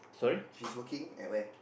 she's working at where